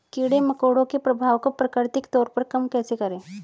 कीड़े मकोड़ों के प्रभाव को प्राकृतिक तौर पर कम कैसे करें?